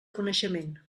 coneixement